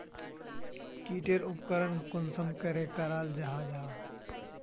की टेर उपकरण कुंसम करे कराल जाहा जाहा?